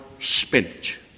spinach